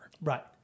Right